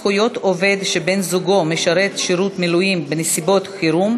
זכויות עובד שבן-זוגו משרת שירות מילואים בנסיבות חירום),